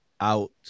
out